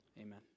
amen